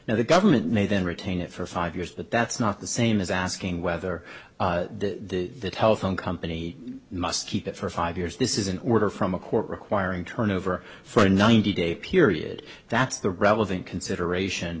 now the government may then retain it for five years but that's not the same as asking whether the telephone company must keep it for five years this is an order from a court requiring turn over for a ninety day period that's the relevant consideration